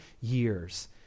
years